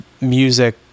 music